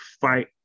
fight